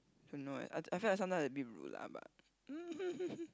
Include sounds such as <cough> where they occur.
don't know eh I I feel that sometimes I a bit rude lah but mm <laughs>